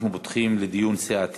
אנחנו פותחים בדיון סיעתי.